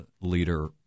leader